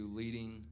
leading